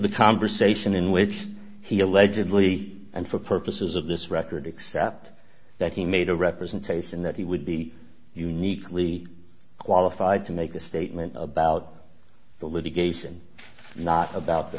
the conversation in which he allegedly and for purposes of this record except that he made a representation that he would be uniquely qualified to make a statement about the litigation not about t